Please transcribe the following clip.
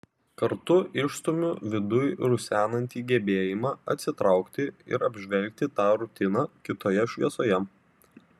kartu išstumiu viduj rusenantį gebėjimą atsitraukti ir apžvelgti tą rutiną kitoje šviesoje